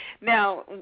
Now